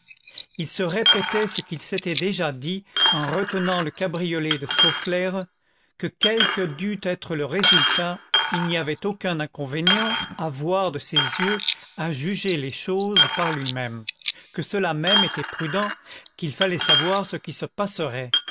il se répétait ce qu'il s'était déjà dit en retenant le cabriolet de scaufflaire que quel que dût être le résultat il n'y avait aucun inconvénient à voir de ses yeux à juger les choses par lui-même que cela même était prudent qu'il fallait savoir ce qui se passerait